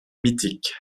mythique